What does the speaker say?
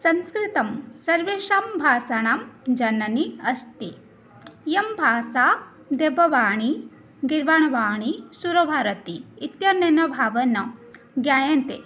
संस्कृतं सर्वासां भाषाणां जननी अस्ति इयं भाषा देववाणी गीर्वाणवाणी सुरभारती इत्यनेन भावेन ज्ञायते